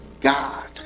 God